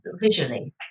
Visually